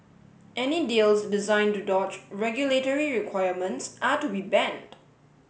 any deals designed to dodge regulatory requirements are to be banned